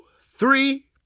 three